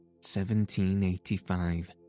1785